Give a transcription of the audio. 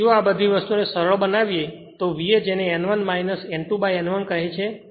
તેથી જો આ બધી વસ્તુ ને સરળ બનાવીએ તો VA જેને N1 N2N1 કહે છે